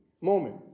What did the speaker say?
moment